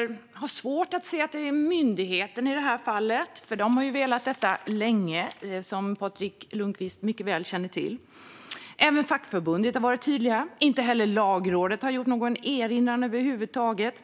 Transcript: Jag har svårt att se att det är myndigheten i det här fallet, för de har velat ha detta länge, som Patrik Lundqvist mycket väl känner till. Även fackförbundet har varit tydliga. Inte heller Lagrådet har gjort någon erinran över huvud taget.